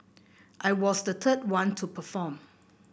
I was the third one to perform